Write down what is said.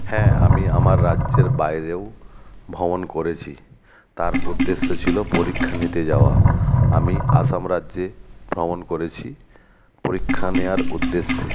হ্যাঁ আমি আমার রাজ্যের বাইরেও ভ্রমণ করেছি তার উদ্দেশ্য ছিলো পরীক্ষা নিতে যাওয়া আমি আসাম রাজ্যে ভ্রমণ করেছি পরীক্ষা নেয়ার উদ্দেশ্যে